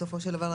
בסופו של דבר,